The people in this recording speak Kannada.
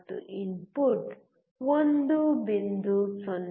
ಮತ್ತು ಇನ್ಪುಟ್ 1